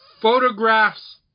photographs